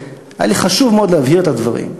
היה לי חשוב מאוד להבהיר את הדברים,